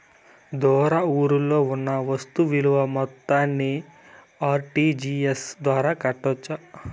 దూర ఊర్లలో కొన్న వస్తు విలువ మొత్తాన్ని ఆర్.టి.జి.ఎస్ ద్వారా కట్టొచ్చా?